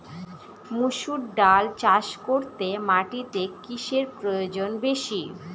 মুসুর ডাল চাষ করতে মাটিতে কিসে প্রয়োজন বেশী?